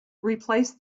replace